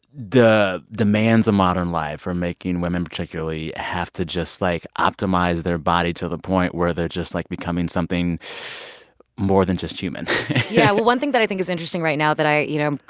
the demands of modern life are making women particularly have to just, like, optimize their body to the point where they're just, like, becoming something more than just human yeah. well, one thing that i think is interesting right now that i, you know,